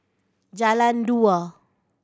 Jalan Dua